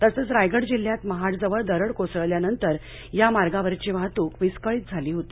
तसंच रायगड जिल्ह्यात महाड जवळ दरड कोसळल्यानंतर या मार्गावरची वाहतूक विस्कळीत झाली होती